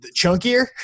Chunkier